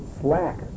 slack